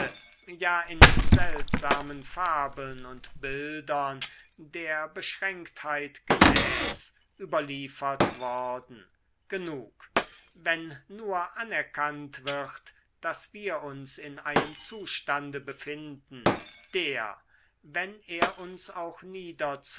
ja in seltsamen fabeln und bildern der beschränktheit gemäß überliefert worden genug wenn nur anerkannt wird daß wir uns in einem zustande befinden der wenn er uns auch niederzuziehen